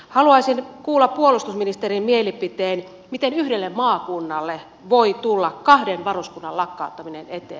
haluaisin kuulla puolustusministerin mielipiteen miten yhdelle maakunnalle voi tulla kahden varuskunnan lakkauttaminen eteen